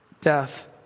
death